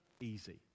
easy